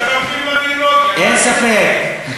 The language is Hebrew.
לא רוצים לתת לנו, אז הולכים